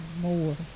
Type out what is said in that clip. more